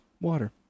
water